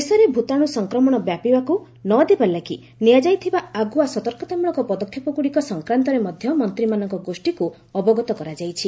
ଦେଶରେ ଭ୍ତାଣ୍ର ସଂକ୍ରମଣ ବ୍ୟାପିବାକ୍ ନଦେବା ଲାଗି ନିଆଯାଇଥିବା ଆଗୁଆ ସତକତାମଳକ ପଦକ୍ଷେପଗୁଡ଼ିକ ସଂକ୍ରାନ୍ତରେ ମଧ୍ୟ ମନ୍ତ୍ରୀମାନଙ୍କ ଗୋଷ୍ଠୀକୁ ଅବଗତ କରାଯାଇଛି